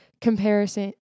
comparison